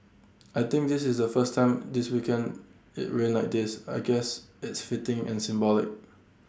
I think this is the first time this weekend IT rained like this I guess it's fitting and symbolic